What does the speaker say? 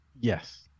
Yes